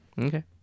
Okay